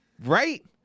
Right